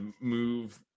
move